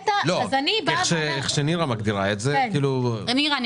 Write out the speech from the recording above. איך שנירה מגדירה את זה, כל המקצועות שוחקים.